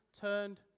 turned